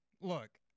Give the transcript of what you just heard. Look